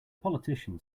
politician